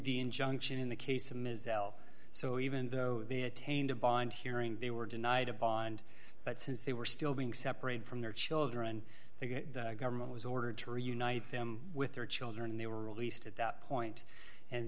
the injunction in the case of ms al so even though they attained a bond hearing they were denied a bond but since they were still being separated from their children they get the government was ordered to reunite them with their children and they were released at that point and